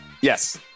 Yes